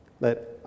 Let